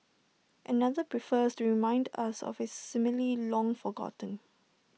another prefers to remind us of A simile long forgotten